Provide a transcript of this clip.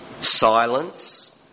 silence